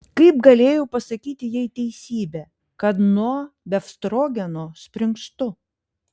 kaip galėjau pasakyti jai teisybę kad nuo befstrogeno springstu